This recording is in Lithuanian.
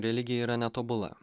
religija yra netobula